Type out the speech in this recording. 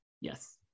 Yes